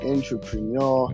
Entrepreneur